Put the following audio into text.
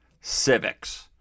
civics